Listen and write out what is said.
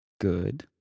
Good